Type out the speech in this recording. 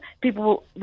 people